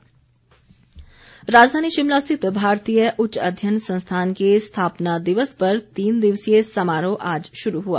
संस्थान राजधानी शिमला स्थित भारतीय उच्च अध्ययन संस्थान के स्थापना दिवस पर तीन दिवसीय समारोह आज शुरू हुआ